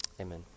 Amen